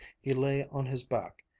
he lay on his back,